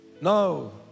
No